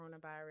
coronavirus